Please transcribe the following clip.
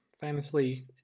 famously